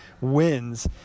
wins